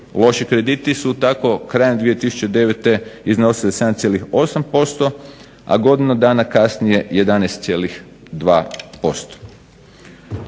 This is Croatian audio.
Loši krediti su tako krajem 2009. iznosili 7,8% a godinu dana kasnije 11,2%.